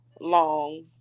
long